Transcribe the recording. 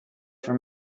for